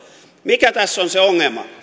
mikä tässä on se ongelma